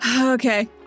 Okay